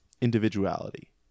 individuality